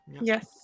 Yes